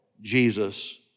Jesus